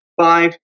five